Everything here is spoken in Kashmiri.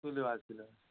تُلِو حظ تُلِو حظ